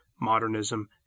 modernism